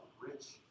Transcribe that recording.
Rich